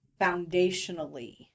foundationally